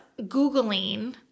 Googling